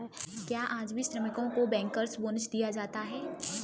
क्या आज भी श्रमिकों को बैंकर्स बोनस दिया जाता है?